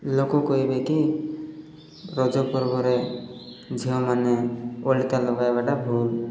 ଲୋକ କହିବେ କିି ରଜ ପର୍ବରେ ଝିଅମାନେ ଅଳିତା ଲଗାଇବାଟା ଭୁଲ